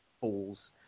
falls